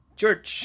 church